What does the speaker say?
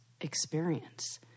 experience